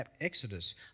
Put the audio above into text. Exodus